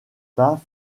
pas